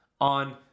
on